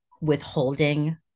withholding